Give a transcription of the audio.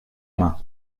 main